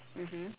mmhmm